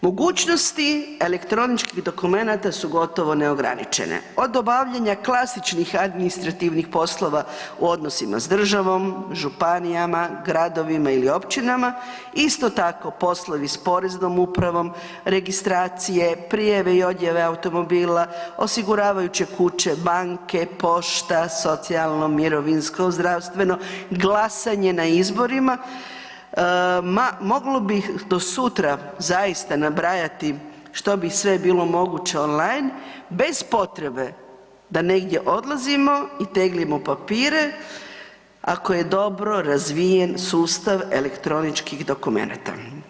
Mogućnosti elektroničkih dokumenata su gotovo neograničene, od obavljanja klasičnih administrativnih posla u odnosima sa državom, županijama, gradovima ili općinama, isto tako poslovi sa Poreznom upravom, registracije, prijave i odjave automobila, osiguravajuće kuće, banke, pošta, socijalno, mirovinsko, zdravstveno, glasanje na izborima, ma mogla bi do sutra zaista nabajati što bi sve bilo moguće online bez potrebe da negdje odlazimo i teglimo papire ako je dobro razvijen sustav elektroničkih dokumenata.